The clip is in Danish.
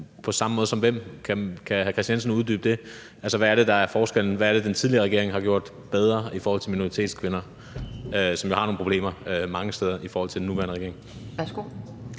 på samme måde som hvem? Kan hr. Kristian Jensen uddybe det? Altså, hvad er det, der er forskellen; hvad er det, den tidligere regering har gjort bedre i forhold til minoritetskvinder, som jo har nogle problemer mange steder, i forhold til den nuværende regering?